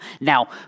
Now